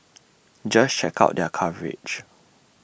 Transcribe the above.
just check out their coverage